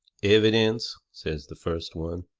evidence! says the first one.